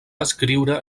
escriure